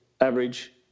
average